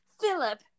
Philip